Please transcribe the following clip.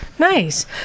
Nice